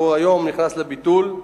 והיום הוא נכנס לביטול.